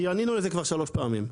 כי ענינו לזה כבר שלוש פעמים.